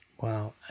Wow